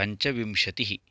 पञ्चविंशतिः